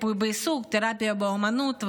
ריפוי בעיסוק ותרפיה באומנות.